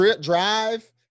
drive